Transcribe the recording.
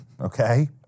okay